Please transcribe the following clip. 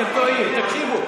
תקשיבו,